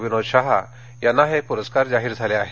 विनोद शहा यांना हे पुरस्कार जाहीर करण्यात आले आहेत